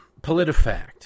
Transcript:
PolitiFact